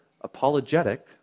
apologetic